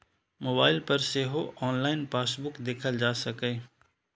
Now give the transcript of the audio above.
mobile पर सेहो online passbook देखल जा सकैए